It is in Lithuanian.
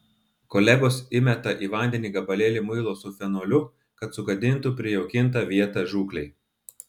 kolegos įmeta į vandenį gabalėlį muilo su fenoliu kad sugadintų prijaukintą vietą žūklei